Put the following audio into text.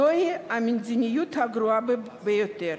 זוהי המדיניות הגרועה ביותר,